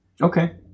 Okay